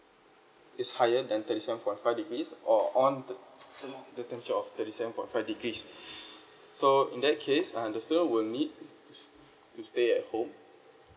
is higher than thirty seven point five degrees or on t~ t~ the temperature of thirty seven point five degrees so in that case uh the student will need to to stay at home